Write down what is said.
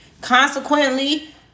Consequently